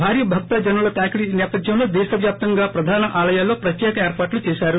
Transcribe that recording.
భారీ భక్త జనుల తాకిడి నేపథ్యంలో దేశవ్యాప్తంగా ప్రధాన ఆలయాల్లో ప్రత్యేక ఏర్పాట్లు చేశారు